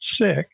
sick